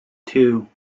two